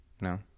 No